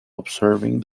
observing